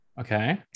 Okay